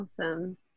Awesome